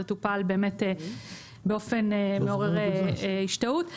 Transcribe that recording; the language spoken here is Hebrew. זה טופל באופן מעורר השתאות.